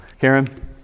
Karen